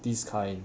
this kind